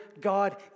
God